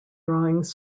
drawings